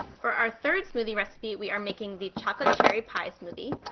for our third smoothie recipe, we are making the chocolate cherry pie smoothie,